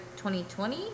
2020